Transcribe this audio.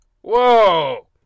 Whoa